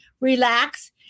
relax